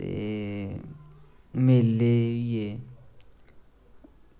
ते मेले होइये